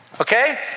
Okay